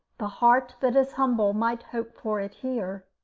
the heart that is humble might hope for it here,